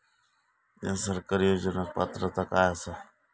हया सरकारी योजनाक पात्रता काय आसा?